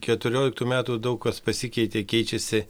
keturioliktų metų daug kas pasikeitė keičiasi